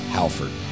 Halford